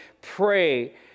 pray